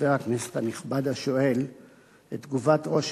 חבר הכנסת הנכבד השואל את תגובת ראש